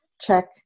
check